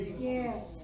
Yes